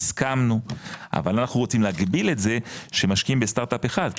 הסכמנו אבל אנחנו רוצים להגביל את זה שמשקיעים בסטארט אפ אחד,